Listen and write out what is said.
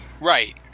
Right